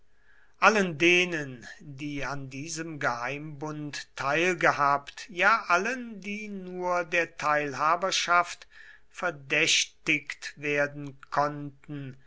allen denen die an diesem geheimbund teilgehabt ja allen die nur der teilhaberschaft verdächtigt werden konnten